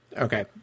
Okay